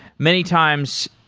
many times,